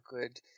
good